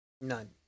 None